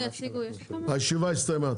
הישיבה הסתיימה.